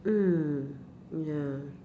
mm ya